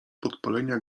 podpalenia